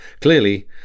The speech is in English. Clearly